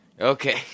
Okay